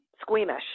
squeamish